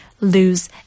lose